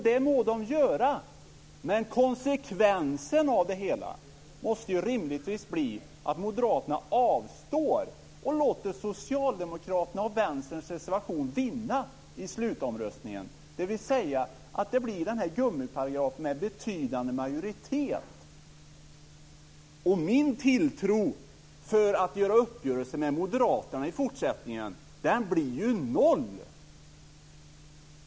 Det må de göra, men konsekvensen av detta måste rimligtvis vara att moderaterna avstår och låter "betydande majoritet" ska tillämpas. Min tilltro till uppgörelser med moderaterna blir i fortsättningen noll.